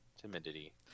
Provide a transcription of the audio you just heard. timidity